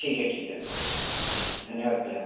ठीक है ठीक है ओके जी धन्यवाद भैया